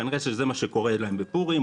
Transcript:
כנראה שזה מה שקורה להם בפורים,